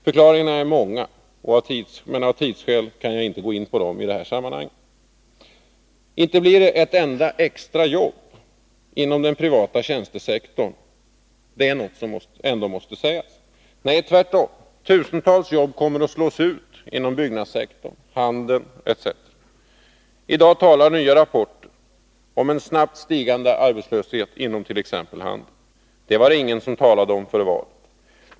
Förklaringarna är många, men av tidsskäl kan jag inte gå in på dem i detta sammanhang. Inte blir det ett enda extra jobb inom den privata tjänstesektorn — det är något som ändå måste sägas. Nej, tvärtom, tusentals jobb kommer att slås ut inom byggnadssektorn, handeln etc. I dag talar nya rapporter om en snabbt stigande arbetslöshet inom t.ex. handeln. Det var det ingen som talade om före valet.